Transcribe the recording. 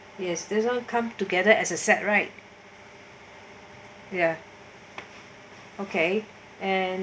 yes this all come together as a set right ya okay and